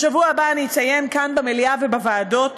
בשבוע הבא אציין כאן במליאה ובוועדות